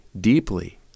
deeply